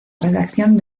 redacción